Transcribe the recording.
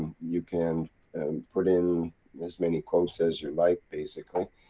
you can put in as many quotes as you like basically.